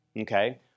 okay